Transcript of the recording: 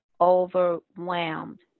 overwhelmed